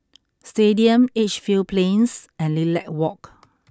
Stadium Edgefield Plains and Lilac Walk